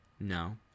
No